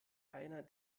einer